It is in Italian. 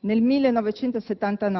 vanno dal 1969 al 1989.